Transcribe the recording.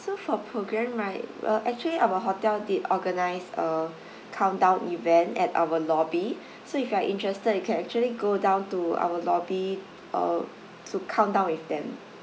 so for program right uh actually our hotel did organise a countdown event at our lobby so if you are interested you can actually go down to our lobby uh to countdown with them